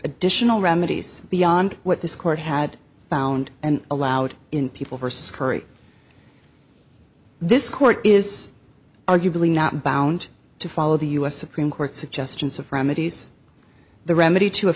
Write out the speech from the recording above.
additional remedies beyond what this court had found and allowed in people who are scurrying this court is arguably not bound to follow the u s supreme court suggestions of remedies the remedy to a